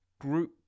group